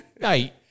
hey